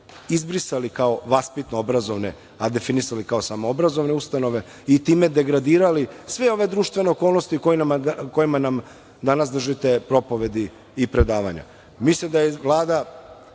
izbrisali kao vaspitno-obrazovne, a definisali kao samo obrazovne ustanove i time degradirali sve ove društvene okolnosti o kojima nam danas držite propovedi i predavanja. Mislim